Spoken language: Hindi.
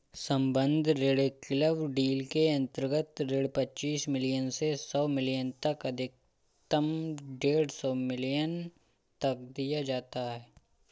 सम्बद्ध ऋण क्लब डील के अंतर्गत ऋण पच्चीस मिलियन से सौ मिलियन तक अधिकतम डेढ़ सौ मिलियन तक दिया जाता है